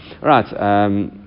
right